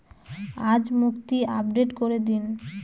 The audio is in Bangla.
আজ মুক্তি আপডেট করে দিন